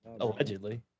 Allegedly